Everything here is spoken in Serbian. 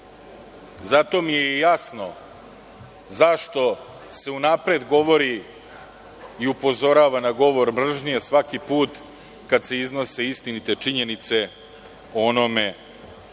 mi je i jasno zašto se unapred govori i upozorava na govor mržnje svaki put kada se iznose istinite činjenice o onome o čemu